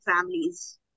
families